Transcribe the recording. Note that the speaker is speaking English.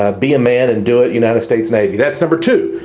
ah be a man and do it united states navy that's number two.